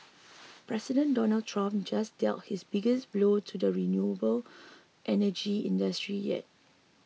President Donald Trump just dealt his biggest blow to the renewable energy industry yet